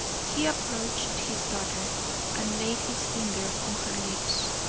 he approached his daughter and laid his finger on her lips.